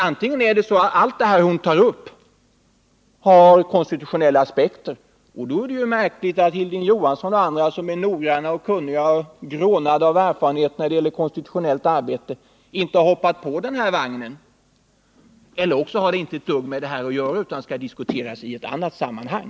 Antingen är det så att allt det som hon här tar upp har konstitutionella aspekter, och då är det ju märkligt att Hilding Johansson och andra som är noggranna och kunniga och grånade av erfarenhet när det gäller konstitutionellt arbete inte har hoppat på vagnen. Eller också har det inte ett dugg med det här att göra utan skall diskuteras i ett annat sammanhang.